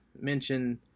mention